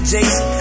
Jason